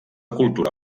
cultura